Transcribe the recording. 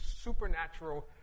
supernatural